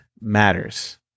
matters